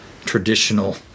traditional